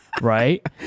Right